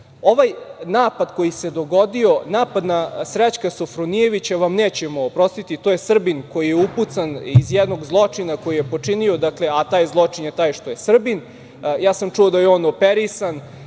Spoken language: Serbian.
napad koji se dogodio, napad na Srećka Sofronijevića vam nećemo oprostiti, to je Srbin koji je upucan iz jednog zločina koji je počinio a taj zločin je taj što je Srbin. Ja sam čuo da je on operisan